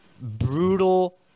brutal